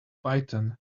python